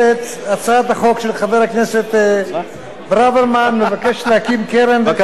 הצעת החוק של חבר הכנסת ברוורמן מבקשת להקים קרן חדשה,